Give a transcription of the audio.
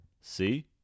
See